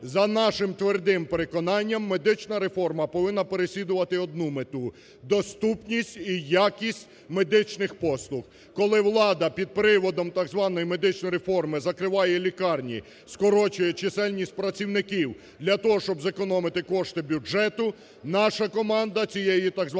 За нашим твердим переконанням, медична реформа повинна переслідувати одну мету: доступність і якість медичних послуг. Коли влада під приводом так званої медичної реформи закриває лікарні, скорочує чисельність працівників, для того щоб зекономити кошти бюджету, наша команда цієї так званої реформи